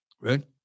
right